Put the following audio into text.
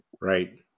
Right